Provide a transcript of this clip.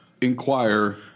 inquire